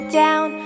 down